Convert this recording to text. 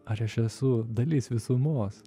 ar aš esu dalis visumos